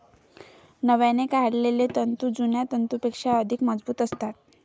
नव्याने काढलेले तंतू जुन्या तंतूंपेक्षा अधिक मजबूत असतात